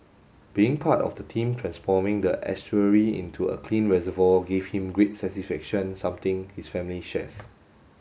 being part of the team transforming the estuary into a clean reservoir gave him great satisfaction something his family shares